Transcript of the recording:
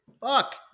Fuck